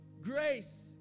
grace